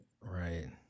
Right